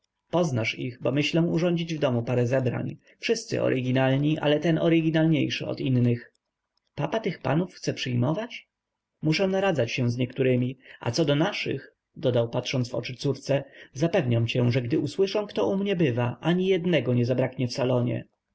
poznasz ich bo myślę urządzić w domu parę zebrań wszyscy oryginalni ale ten oryginalniejszy od innych papa tych panów chce przyjmować muszę naradzać się z niektórymi a co do naszych dodał patrząc w oczy córce zapewniam cię że gdy usłyszą kto u mnie bywa ani jednego nie zabraknie w